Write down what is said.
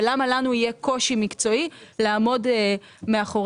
ולמה לנו יהיה קושי מקצועי לעמוד מאחורי